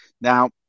Now